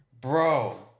Bro